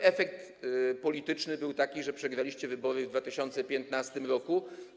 I efekt polityczny był taki, że przegraliście wybory w 2015 r.